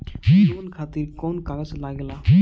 Loan खातिर कौन कागज लागेला?